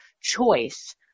choice